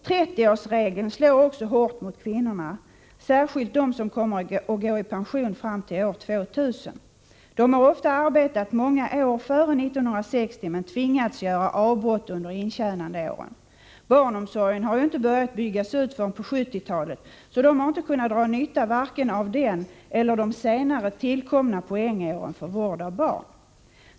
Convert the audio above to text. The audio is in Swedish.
30-årsregeln slår också hårt mot kvinnorna, särskilt mot dem som kommer att gå i pension fram till år 2000. De har ofta arbetat många år före 1960 men under intjänandeåren tvingats göra avbrott. Barnomsorgen började ju inte byggas ut förrän på 1970-talet, så de har inte kunnat dra nytta vare sig av den eller av de senare tillkomna poängåren för vård av barn.